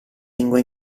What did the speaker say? lingua